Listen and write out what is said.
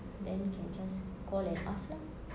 then you can just call and ask lah